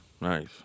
Nice